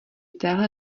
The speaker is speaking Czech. téhle